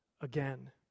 again